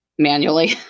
manually